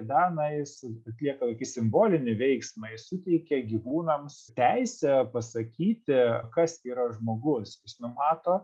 derida na jis atlieka simbolinį veiksmą jis suteikia gyvūnams teisę pasakyti kas yra žmogus jis numato